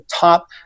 top